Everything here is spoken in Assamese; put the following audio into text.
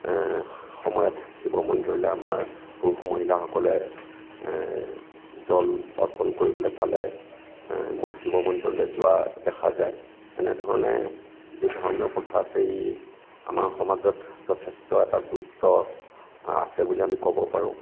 সময়ত শিৱ মন্দিৰলৈ আমাৰ পুৰুষ মহিলাসকলে জল অৰ্পন কৰিবলৈ তালৈ শিৱ মন্দিৰলৈ যোৱা দেখা যায় এনেধৰণেৰে যি ধৰ্মীয় প্ৰথা আছে ই আমাৰ সমাজত যথেষ্ট এটা গুৰুত্ব আছে বুলি আমি ক'ব পাৰোঁ